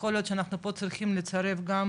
יכול להיות שאנחנו פה צריכים לצרף גם,